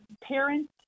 parents